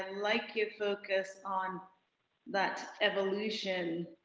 and like your focus on that evolution